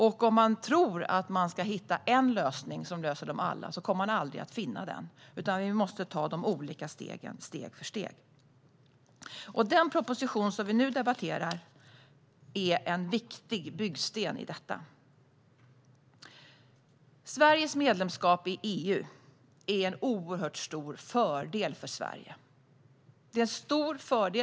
Och om man tror att man ska hitta en lösning för alla problem kommer man aldrig att finna den, utan vi måste ta steg för steg. Den proposition som vi nu debatterar är en viktig byggsten i detta. Sveriges medlemskap i EU är en oerhört stor fördel för Sverige.